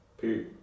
Period